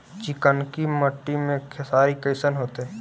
चिकनकी मट्टी मे खेसारी कैसन होतै?